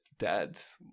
dad's